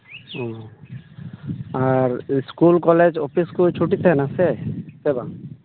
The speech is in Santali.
ᱟᱨ ᱥᱠᱩᱞ ᱠᱚᱞᱮᱡᱽ ᱚᱯᱷᱤᱥ ᱠᱚ ᱪᱷᱩᱴᱤ ᱛᱟᱦᱮᱱᱟ ᱥᱮ ᱵᱟᱝ